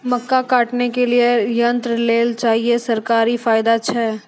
मक्का काटने के लिए यंत्र लेल चाहिए सरकारी फायदा छ?